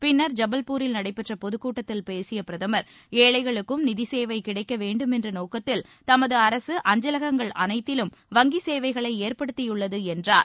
பின்னர் ஜபல்பூரில் நடைபெற்ற பொதுக்கூட்டத்தில் பேசிய பிரதமர் ஏழைகளுக்கும் நிதி சேவை கிடைக்க வேண்டும் என்ற நோக்கத்தில் தமது அரசு அஞ்சலகங்கள் அனைத்திலும் வங்கி சேவைகளை ஏற்படுத்தியுள்ளது என்றார்